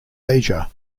asia